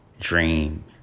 dream